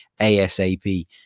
ASAP